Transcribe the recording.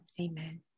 Amen